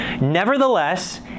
Nevertheless